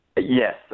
Yes